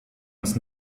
uns